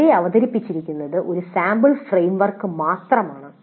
ഇവിടെ അവതരിപ്പിച്ചിരിക്കുന്നത് ഒരു സാമ്പിൾ ഫ്രെയിം വർക്ക് മാത്രമാണ്